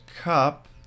Cup